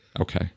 Okay